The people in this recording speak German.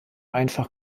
einfach